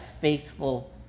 faithful